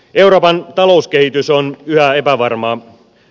euroopan talouskehitys on yhä epävarmaa